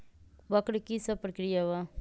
वक्र कि शव प्रकिया वा?